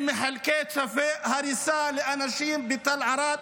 הם מחלקים צווי הריסה לאנשים בתל ערד,